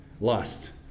lust